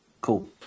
Cool